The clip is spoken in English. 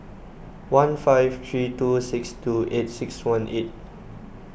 one five three two six two eight six one eight